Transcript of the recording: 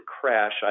crash